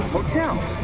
Hotels